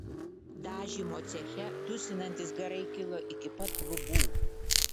dažymo ceche dusinantys garai kilo iki pat lubų